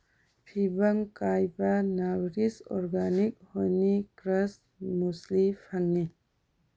ꯐꯤꯕꯝ ꯀꯥꯏꯕ ꯅꯥꯎꯔꯤꯁ ꯑꯣꯔꯒꯥꯅꯤꯛ ꯍꯣꯅꯤ ꯀ꯭ꯔꯁ ꯃꯨꯁꯂꯤ ꯐꯪꯉꯦ